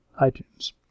iTunes